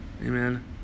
Amen